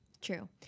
true